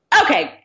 Okay